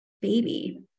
baby